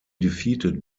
defeated